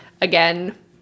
again